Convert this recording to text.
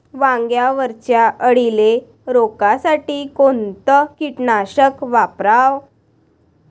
वांग्यावरच्या अळीले रोकासाठी कोनतं कीटकनाशक वापराव?